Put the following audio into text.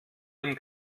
dem